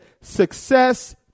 success